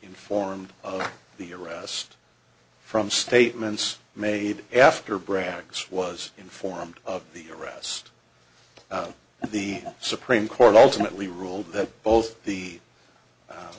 informed of the arrest from statements made after bracks was informed of the arrest and the supreme court ultimately ruled that both the